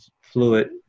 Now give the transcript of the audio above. fluid